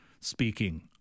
speaking